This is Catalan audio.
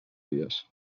dies